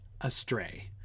astray